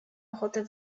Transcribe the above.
ochotę